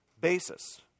basis